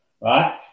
Right